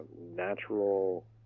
natural